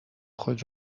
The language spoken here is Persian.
خود